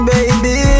Baby